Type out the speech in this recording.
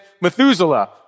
Methuselah